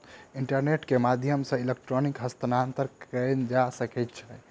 internet के माध्यम सॅ इलेक्ट्रॉनिक हस्तांतरण कयल जा सकै छै